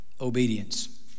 obedience